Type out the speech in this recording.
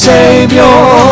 Savior